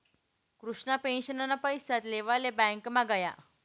कृष्णा पेंशनना पैसा लेवाले ब्यांकमा गया